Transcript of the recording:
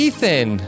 Ethan